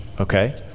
okay